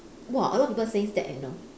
!wah! a lot people says that you know